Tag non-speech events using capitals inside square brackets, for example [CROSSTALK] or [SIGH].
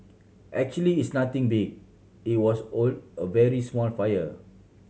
actually it's nothing big it was [UNINTELLIGIBLE] a very small fire